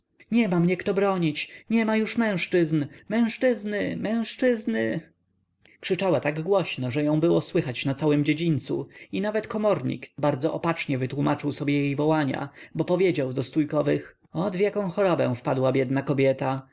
wołając niema mnie kto bronić niema już mężczyzn mężczyzny mężczyzny krzyczała tak głośno że ją było słychać na całym dziedzińcu i nawet komornik bardzo opacznie wytłomaczył sobie jej wołania bo powiedział do stójkowych ot w jaką chorobę wpadła biedna kobieta